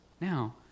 Now